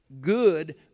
good